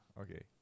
okay